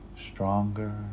stronger